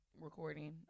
recording